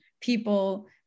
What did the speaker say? people